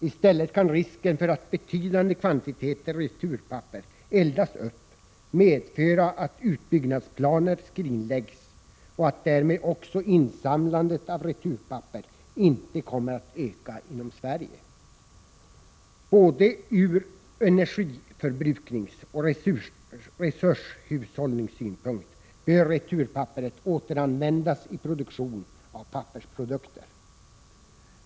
I stället kan risken för att betydande kvantiteter returpapper eldas upp medföra att utbyggnadsplaner skrinläggs och att därmed insamlandet av returpapper inte kommer att öka inom Sverige. Ur både energiförbrukningsoch resurshushållningssynpunkt bör returpappret återanvändas i produktion av pappersprodukter.